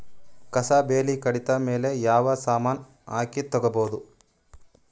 ಕಸಾ ಬೇಲಿ ಕಡಿತ ಮೇಲೆ ಯಾವ ಸಮಾನ ಹಾಕಿ ತಗಿಬೊದ?